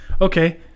Okay